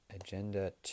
Agenda